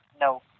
No